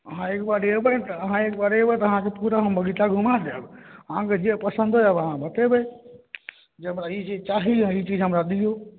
हँ एक बार अयबै ने तऽ अहाँ एक बार अयबै तऽ अहाँके पूरा बगीचा हम घुमा देब अहाँके जे पसन्द होयत अहाँ बतेबै जे हमरा ई चीज चाही अहाँ ई चीज हमरा दियौ